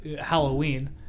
Halloween